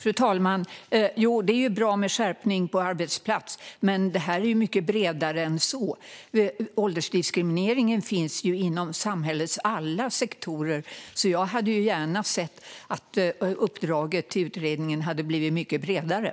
Fru talman! Det är bra med skärpning på arbetsplatserna. Men det här är mycket bredare än så. Åldersdiskrimineringen finns inom samhällets alla sektorer. Jag hade gärna sett ett mycket bredare uppdrag till utredningen.